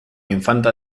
infanta